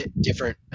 different